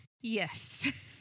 Yes